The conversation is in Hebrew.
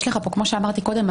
יש לך כמו שאמרתי קודם,